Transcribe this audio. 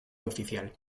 oficial